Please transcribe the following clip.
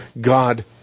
God